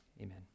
Amen